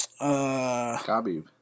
Khabib